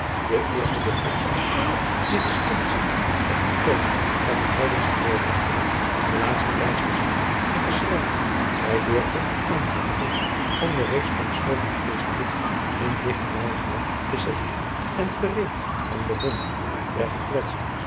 de eerste door odspraken die gestemd zijn op den toon van de heidensche voorvaderen de laatste krijgsgezangen en geschrei bij beurte aanbeffende om de reeds ontstoken geestdrift in ligte laaije vlam te zetten en gereed om de wonden der gekwetsten